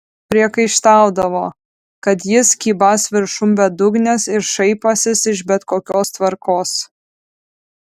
priekaištaudavo kad jis kybąs viršum bedugnės ir šaipąsis iš bet kokios tvarkos